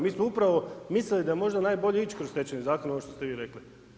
Mi smo upravo mislili da je možda najbolje ići kroz Stečajni zakon, ono što ste vi rekli.